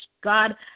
God